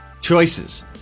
choices